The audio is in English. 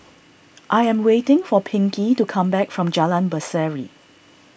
I am waiting for Pinkey to come back from Jalan Berseri